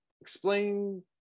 explain